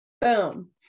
Boom